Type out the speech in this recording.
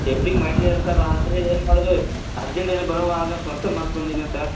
ಮಾಡಿದ್ದೇವೆ ಸರ್ ಆದರೆ ಏನು ಮಾಡೋದು ಅರ್ಜೆಂಟಲ್ಲಿ ಬರೋವಾಗ ಪರ್ಸ್ ಮರ್ತು ಬಂದಿದ್ದೇನೆ ಸರ್